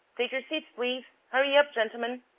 take your seats, please. hurry up, gentlemen!